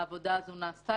העבודה הזאת נעשתה,